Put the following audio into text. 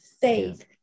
faith